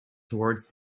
towards